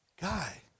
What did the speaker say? guy